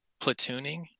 platooning